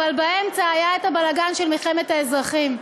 אבל באמצע היה הבלגן של מלחמת האזרחים.